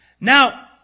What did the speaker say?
Now